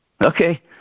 Okay